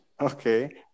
Okay